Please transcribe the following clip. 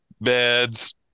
beds